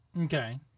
Okay